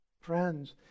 Friends